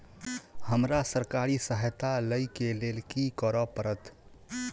हमरा सरकारी सहायता लई केँ लेल की करऽ पड़त?